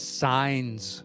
signs